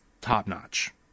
top-notch